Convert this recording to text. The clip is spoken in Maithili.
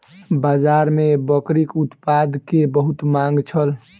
बाजार में बकरीक उत्पाद के बहुत मांग छल